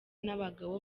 n’abagabo